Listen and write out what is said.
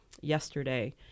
yesterday